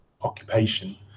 occupation